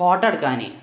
photo എടുക്കാൻ